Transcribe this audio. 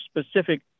specific